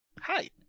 Hi